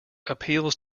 appeals